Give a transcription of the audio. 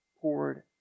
poured